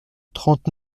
trente